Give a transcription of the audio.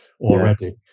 already